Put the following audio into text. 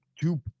two